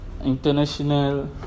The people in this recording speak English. international